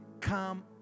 come